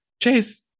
Chase